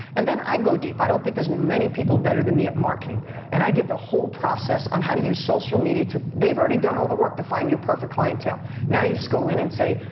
and then i go deep. i don't think there's many people better than me at marketing and i give the whole process on how to use social media to, they've already done all the work to find your perfect clientele. now you just go in and say,